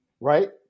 right